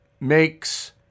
makes